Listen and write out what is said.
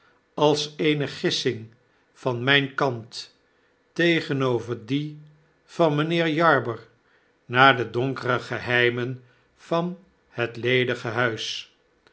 als eene gissing van mgn kant tegenover die van mgnheer jarber naar de donkere geheimen van het ledige huis